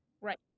Right